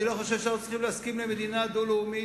אני לא חושב שאנחנו צריכים להסכים למדינה דו-לאומית,